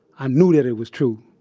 i knew that it was true.